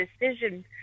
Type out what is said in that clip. decision